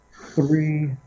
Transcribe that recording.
three